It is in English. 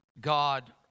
God